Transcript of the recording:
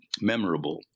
memorable